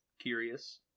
curious